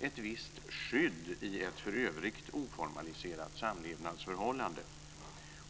ett visst skydd i ett för övrigt oformaliserat samlevnadsförhållande.